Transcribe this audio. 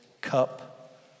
cup